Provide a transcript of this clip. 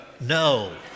No